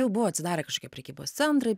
jau buvo atsidarę kažkokie prekybos centrai